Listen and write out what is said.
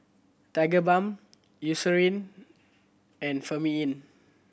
Tigerbalm Eucerin and Remifemin